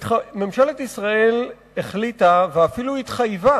ממשלת ישראל החליטה ואפילו התחייבה